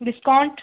discount